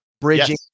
bridging